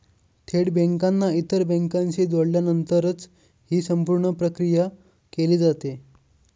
थेट बँकांना इतर बँकांशी जोडल्यानंतरच ही संपूर्ण प्रक्रिया केली जाते